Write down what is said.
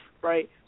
right